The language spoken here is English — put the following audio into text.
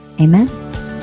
Amen